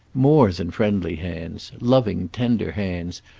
more than friendly hands. loving, tender hands,